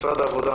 משרד העבודה,